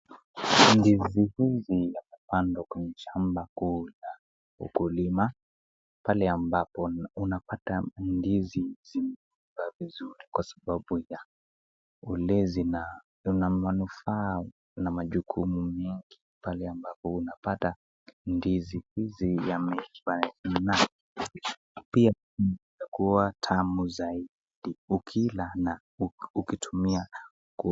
Ndizi hizi yamepandwa kwenye shamba kuu ya mkulima, pale ambabo unapata ndizi zimeiva vizuri Kwa sababu ya ulezi na kuna manufaa na majukumu mingi pale ambapo unapata ndizi hizi yameiva pia kuwa tamu zaidi ukila na ukitumia.